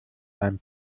ein